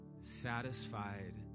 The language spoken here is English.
satisfied